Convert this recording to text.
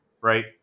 right